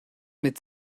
mit